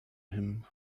him